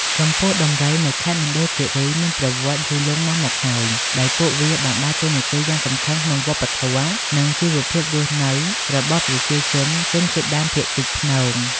ចំពោះ ដំរីនៅខេត្តមណ្ឌលគិរីមានប្រវត្តិយូរលង់ណាស់មកហើយ ដោយពួកវាបានដើរតួនាទីយ៉ាងសំខាន់ក្នុងវប្បធម៌ និងជីវភាពរស់នៅរបស់ប្រជាជនជនជាតិដើមភាគតិចភ្នង។